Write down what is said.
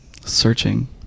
searching